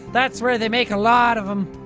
that's where they make a lot of em.